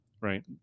right